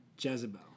Jezebel